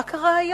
אבל מה קרה היום